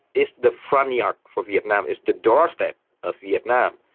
it's the front yard for vietnam, it's the doorstep of vietnam.